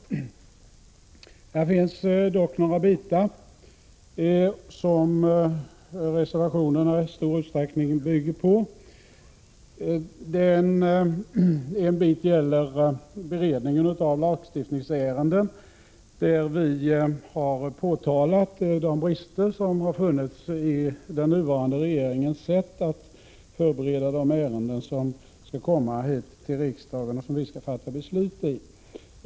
I betänkandet finns dock frågor som reservationerna i stor utsträckning bygger på, t.ex. beredning av lagstiftningsärenden. Här har vi påtalat de brister som funnits i den nuvarande regeringens sätt att förbereda de ärenden som kommer till riksdagen för behandling och som vi skall fatta beslut i.